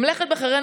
ממלכת בחריין,